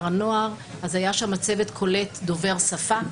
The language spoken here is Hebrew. הנוער אז היה שם צוות קולט דובר שפה,